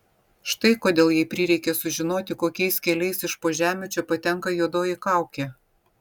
štai kodėl jai prireikė sužinoti kokiais keliais iš po žemių čia patenka juodoji kaukė